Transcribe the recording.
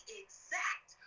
exact